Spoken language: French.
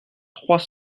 trois